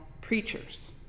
preachers